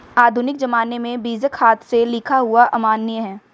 आधुनिक ज़माने में बीजक हाथ से लिखा हुआ अमान्य है